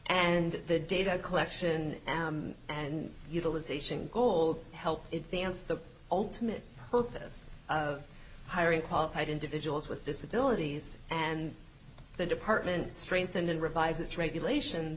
and the data collection and utilization cold help it dance the ultimate purpose of hiring qualified individuals with disabilities and the department strengthened and revise its regulations